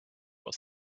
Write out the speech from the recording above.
was